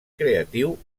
creatiu